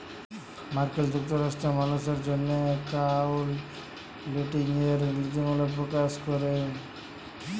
মার্কিল যুক্তরাষ্ট্রে মালুসের জ্যনহে একাউল্টিংয়ের লিতিমালা পকাশ ক্যরে